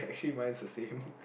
three mine's the same